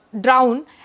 drown